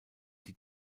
die